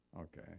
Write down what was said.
Okay